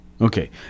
Okay